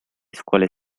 scuole